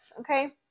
Okay